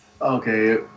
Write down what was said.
Okay